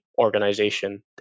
organization